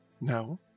no